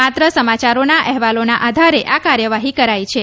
માત્ર સમાચારોના અહેવાલોના આધારે આ કાર્યવાહી કરાઈ છે